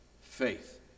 faith